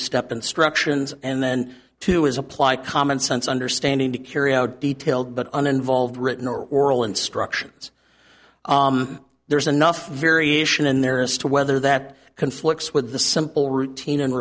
step instructions and then to is apply common sense understanding to carry out detailed but an involved written or oral instructions there's enough variation in there as to whether that conflicts with a simple routine and